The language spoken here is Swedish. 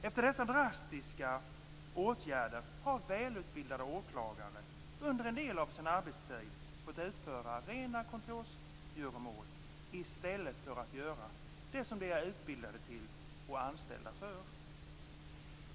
Efter dessa drastiska åtgärder har välutbildade åklagare, under en del av sin arbetstid, fått utföra rena kontorsgöromål i stället för att göra det som de är utbildade och anställda för.